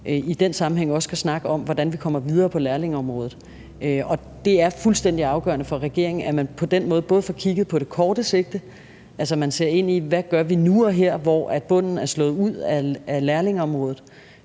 i den sammenhæng også skal snakke om, hvordan vi kommer videre på lærlingeområdet. Det er fuldstændig afgørende for regeringen, at man på den måde får kigget på det korte sigte – altså at man ser ind i, hvad vi gør nu og her, hvor bunden er slået ud af lærlingeområdet